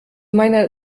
meiner